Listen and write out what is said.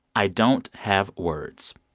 i don't have words.